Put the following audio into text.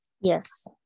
Yes